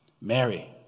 Mary